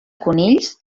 conills